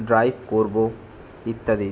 drive করব ইত্যাদি ইত্যাদি